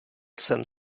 jsem